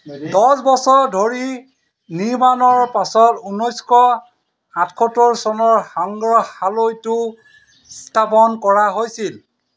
দছ বছৰ ধৰি নিৰ্মাণৰ পাছত ঊনৈছশ সাতসত্তৰ চনত সংগ্ৰহালয়টো স্থাপন কৰা হৈছিল